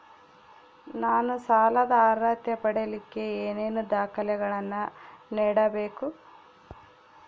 ನಾನು ಸಾಲದ ಅರ್ಹತೆ ಪಡಿಲಿಕ್ಕೆ ಏನೇನು ದಾಖಲೆಗಳನ್ನ ನೇಡಬೇಕು?